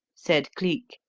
said cleek,